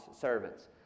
servants